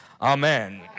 amen